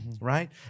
right